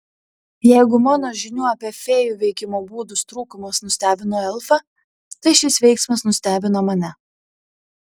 jeigu mano žinių apie fėjų veikimo būdus trūkumas nustebino elfą tai šis veiksmas nustebino mane